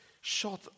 shot